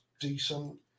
decent